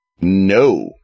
no